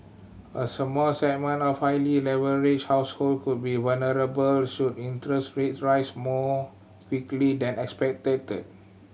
a small segment of highly leveraged household could be vulnerable should interest rates rise more quickly than expected